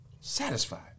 satisfied